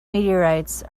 meteorites